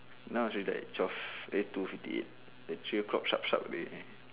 now is already like twelve eh two fifty eight then three o'clock sharp sharp